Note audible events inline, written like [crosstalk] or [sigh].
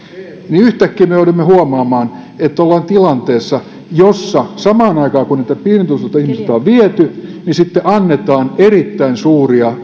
yhtäkkiä me joudumme huomaamaan että ollaan tilanteessa jossa samaan aikaan kun pienituloisilta ihmisiltä on viety annetaan erittäin suuria [unintelligible]